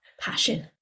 passion